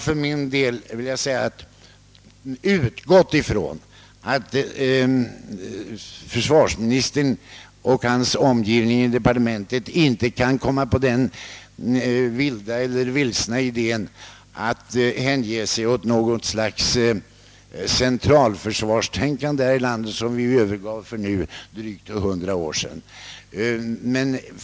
För min del har jag utgått från att försvarsministern och hans omgivning i departementet inte kan komma på den vilsna idén att hänge sig åt något slags centralförsvarstänkande, vilket vi ju övergav för drygt hundra år sedan.